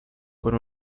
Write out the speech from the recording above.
con